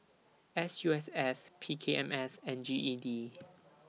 S U S S P K M S and G E D